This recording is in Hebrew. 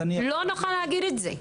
לא נוכל להגיד את זה.